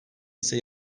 ise